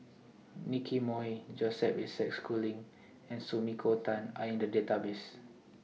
Nicky Moey Joseph Isaac Schooling and Sumiko Tan Are in The Database